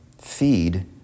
feed